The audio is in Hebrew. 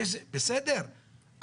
בסדר,